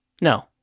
No